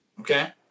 Okay